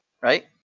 right